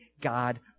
God